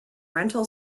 rental